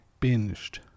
binged